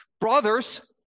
brothers